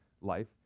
life